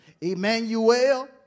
Emmanuel